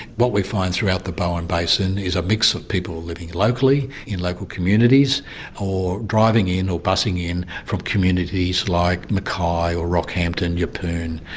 what we find throughout the bowen basin is a mix of people living locally in local communities or driving in or bussing in from communities like mackay or rockhampton, yeppoon,